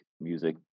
music